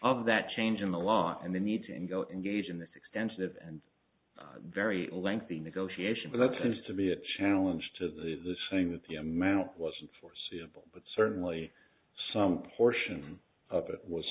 of that change in the law and the needs and go engage in this extensive and very lengthy negotiation but that seems to be a challenge to this thing with the amount wasn't foreseeable but certainly some portion of it was